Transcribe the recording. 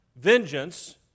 vengeance